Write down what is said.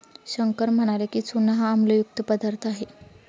शंकर म्हणाला की, चूना हा आम्लयुक्त पदार्थ आहे